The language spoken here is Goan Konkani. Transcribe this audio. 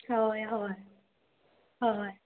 हय हय हय